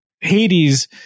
Hades